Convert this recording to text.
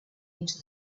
into